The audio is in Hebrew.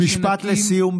משפט לסיום,